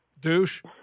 Douche